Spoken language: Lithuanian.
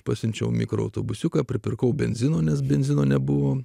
pasiunčiau mikroautobusiuką pripirkau benzino nes benzino nebuvo